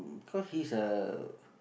cause he's a